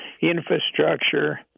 infrastructure